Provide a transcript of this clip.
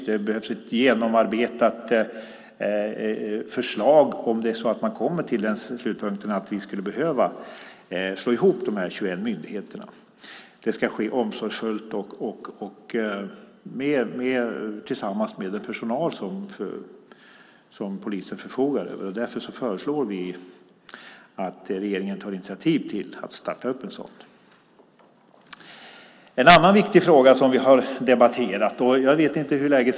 Det behövs ett genomarbetat förslag om man kommer till slutsatsen att vi skulle behöva slå ihop dessa 21 myndigheter. Det ska ske omsorgsfullt och tillsammans med den personal som polisen förfogar över. Därför föreslår vi att regeringen tar initiativ till att starta en sådan. En annan viktig fråga som vi har debatterat är polisens utbildning.